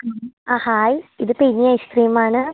ആ ഹായ് ഇത് piggy ice cream ആണ്